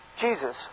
Jesus